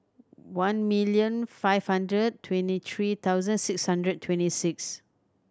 one million five hundred twenty three thousand six hundred twenty six